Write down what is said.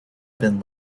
bin